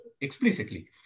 explicitly